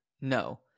No